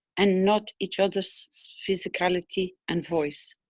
and not each others physicality and voice.